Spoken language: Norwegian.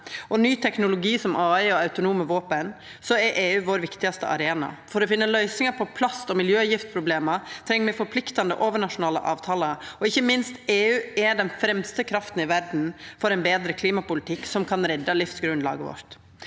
og ny teknologi som KI og autonome våpen er EU vår viktigaste arena. For å finna løysingar på plast- og miljøgiftproblem treng me forpliktande overnasjonale avtalar. Ikkje minst er EU den fremste krafta i verda for ein betre klimapolitikk som kan redda livsgrunnlaget vårt.